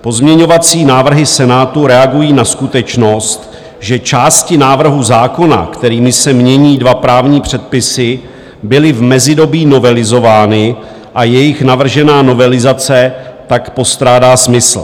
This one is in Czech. Pozměňovací návrhy Senátu reagují na skutečnost, že části návrhu zákona, kterými se mění dva právní předpisy, byly v mezidobí novelizovány a jejich navržená novelizace tak postrádá smysl.